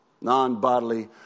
non-bodily